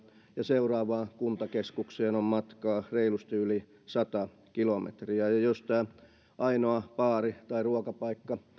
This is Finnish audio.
ja seuraavaan kuntakeskukseen on matkaa reilusti yli sata kilometriä kun ainoa baari tai ruokapaikka